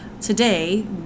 today